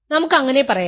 നമുക്ക് അങ്ങനെ പറയാം